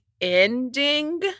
ending